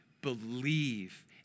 Believe